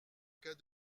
cas